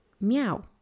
Meow